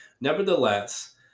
Nevertheless